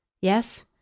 Yes